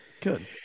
Good